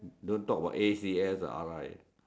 don't talk about A_C_S or R_I